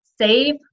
save